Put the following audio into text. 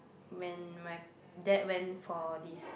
when my dad went for this